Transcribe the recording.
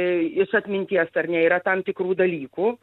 iš atminties ar ne yra tam tikrų dalykų